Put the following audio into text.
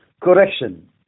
correction